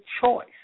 choice